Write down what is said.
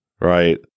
right